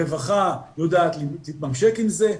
הרווחה תתממשק עם זה,